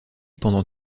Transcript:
pendant